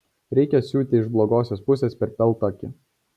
reikia siūti iš blogosios pusės per peltakį